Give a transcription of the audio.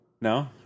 No